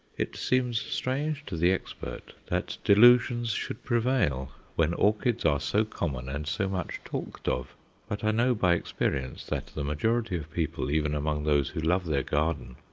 it seems strange to the expert that delusions should prevail when orchids are so common and so much talked of but i know by experience that the majority of people, even among those who love their garden,